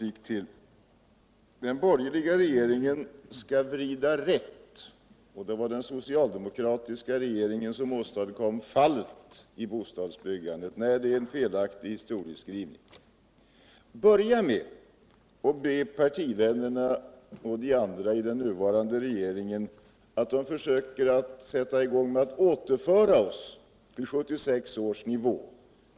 Den borgerliga regeringen skall vrida rätt. och det var den socialdemokratiska regeringen som åstadkom fallet i bostadsbyggandet, säger Göthe Knutson. Nej, det är en felaktig historieskrivning. Börja med att be partivännerna och de övriga i den nuvarande regeringen att försöka sätta i gång med att återföra oss till 1976 års nivå!